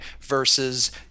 versus